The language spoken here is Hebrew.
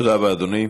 תודה רבה, אדוני.